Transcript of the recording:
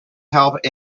help